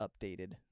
updated